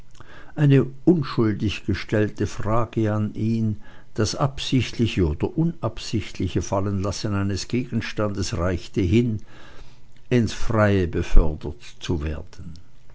eine unschuldig gestellte frage an ihn das absichtliche oder unabsichtliche fallenlassen eines gegenstandes reichte hin ins freie befördert zu werden